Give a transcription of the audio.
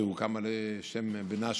שהוקם על שם בנה